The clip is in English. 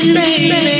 baby